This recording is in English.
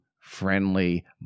friendly